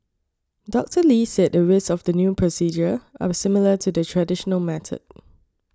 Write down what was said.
Doctor Lee said the risks of the new procedure are similar to the traditional method